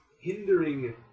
hindering